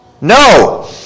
No